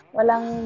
Walang